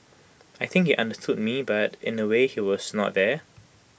I think he understood me but in A way he was not there